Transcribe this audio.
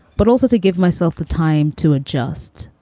but also to give myself the time to adjust,